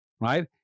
right